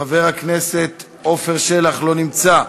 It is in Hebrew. חבר הכנסת עפר שלח, לא נמצא,